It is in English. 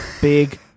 big